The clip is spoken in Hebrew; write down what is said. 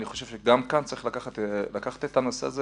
ואני חושב שגם כאן צריך להתייחס לנושא הזה